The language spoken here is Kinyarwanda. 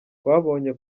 twabonye